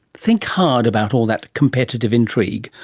think hard about all that competitive intrigue,